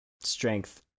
Strength